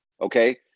okay